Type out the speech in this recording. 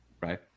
right